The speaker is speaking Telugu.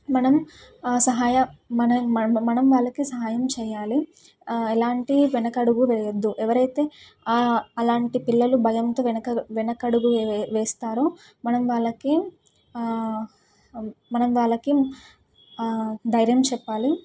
మనం సహాయ మనం వాళ్ళకి సహాయం చేయాలి ఎలాంటి వెనకడుగు వేయద్దు ఎవరైతే అలాంటి పిల్లలు భయంతో వెనక వెనకడుగు వే వేస్తారో మనం వాళ్ళకి మనం వాళ్ళకి ధైర్యం చెప్పాలి